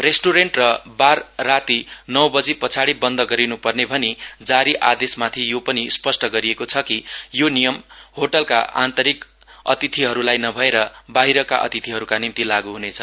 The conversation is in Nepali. रेस्टुरेन्ट र बार राती नौ बजी पछाडी बन्द गरिनु पर्ने भनी जारी आदेसमाथि यो पनि स्पष्ट गरिएको छ कि यो नियम होटलका आन्तरिक अतिथिहरूलाई नभएर बाहिरका अतिथिहरूको निम्ति लागू हुनेछ